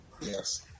yes